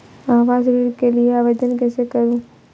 आवास ऋण के लिए आवेदन कैसे करुँ?